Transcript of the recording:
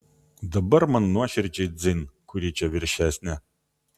dabar man nuoširdžiai dzin kuri čia viršesnė